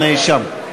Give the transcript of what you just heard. הנאשם.